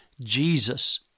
Jesus